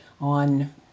on